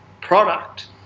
product